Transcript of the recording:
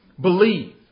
Believe